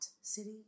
city